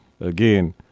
Again